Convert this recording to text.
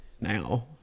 now